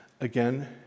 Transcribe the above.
again